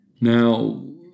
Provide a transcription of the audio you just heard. Now